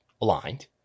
aligned